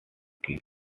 keys